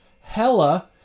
hella